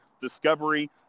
Discovery